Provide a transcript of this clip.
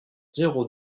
zéro